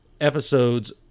episode's